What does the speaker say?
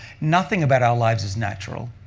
nothing about our lives is natural.